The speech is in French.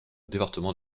département